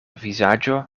vizaĝo